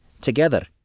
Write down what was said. together